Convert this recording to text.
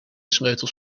sleutels